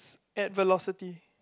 at Velocity